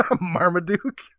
Marmaduke